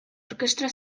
orkestra